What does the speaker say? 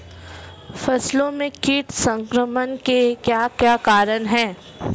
फसलों में कीट संक्रमण के क्या क्या कारण है?